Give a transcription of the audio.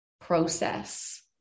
process